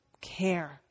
care